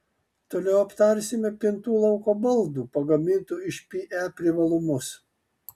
toliau aptarsime pintų lauko baldų pagamintų iš pe privalumus